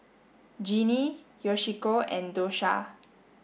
Ginny Yoshiko and Dosha